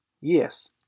Yes